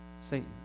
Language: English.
Satan